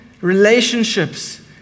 relationships